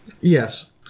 Yes